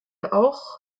auch